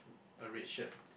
a red shirt